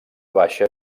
baixa